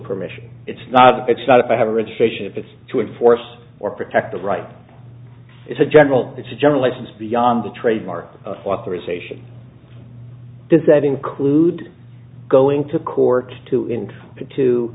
permission it's not it's not if i have a rich tradition if it's to enforce or protect the right it's a general it's a generalized beyond the trademark authorization does that include going to court to in to to